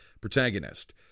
protagonist